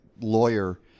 lawyer